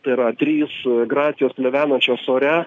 tai yra trys gracijos plevenančios ore